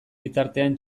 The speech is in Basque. bitartean